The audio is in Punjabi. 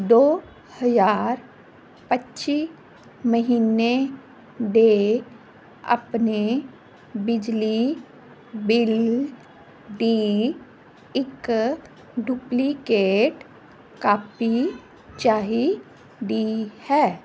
ਦੋ ਹਜ਼ਾਰ ਪੱਚੀ ਮਹੀਨੇ ਦੇ ਆਪਣੇ ਬਿਜਲੀ ਬਿੱਲ ਦੀ ਇੱਕ ਡੁਪਲੀਕੇਟ ਕਾਪੀ ਚਾਹੀਦੀ ਹੈ